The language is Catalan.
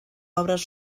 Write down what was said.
obres